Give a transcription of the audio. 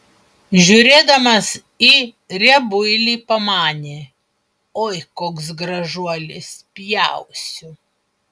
žiūrėdamas į riebuilį pamanė oi koks gražuolis pjausiu